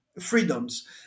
freedoms